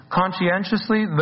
conscientiously